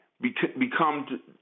become